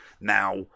Now